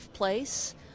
place